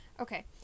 Okay